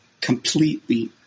completely